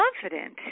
confident